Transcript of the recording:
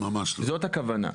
זאת הכוונה.